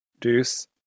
Deuce